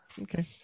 Okay